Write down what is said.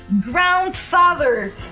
Grandfather